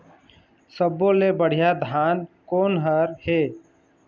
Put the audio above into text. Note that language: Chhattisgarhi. सब्बो ले बढ़िया धान कोन हर हे?